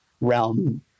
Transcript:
realm